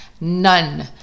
none